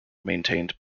maintained